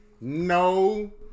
No